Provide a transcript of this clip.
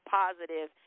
positive